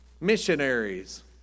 missionaries